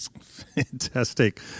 Fantastic